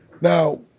Now